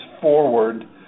forward